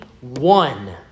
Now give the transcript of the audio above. one